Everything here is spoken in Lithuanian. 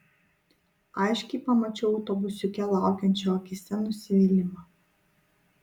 aiškiai pamačiau autobusiuke laukiančio akyse nusivylimą